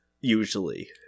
usually